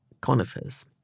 conifers